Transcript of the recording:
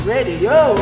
Radio